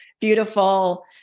beautiful